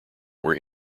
were